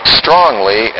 strongly